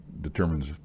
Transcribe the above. determines